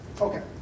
Okay